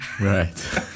right